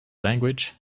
language